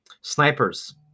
Snipers